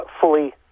fully